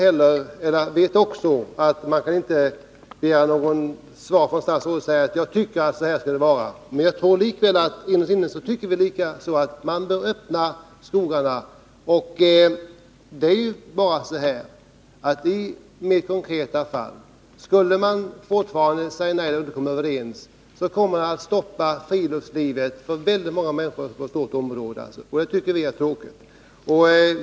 Jag vet att jag inte kan begära att statsrådet skall svara att han tycker att så här skall det vara, men jag tror likväl att vi innerst inne tycker lika, nämligen att man bör öppna skogarna. Skulle markägaren i mitt konkreta fall fortfarande säga nej, kommer det att stoppa friluftslivet för väldigt många människor, och det tycker jag är tråkigt.